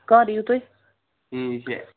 کَر یِیِو تُہۍ